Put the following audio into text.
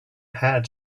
had